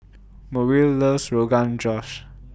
Muriel loves Rogan Josh